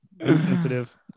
sensitive